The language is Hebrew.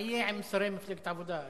מה יהיה עם שרי מפלגת העבודה?